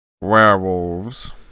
Werewolves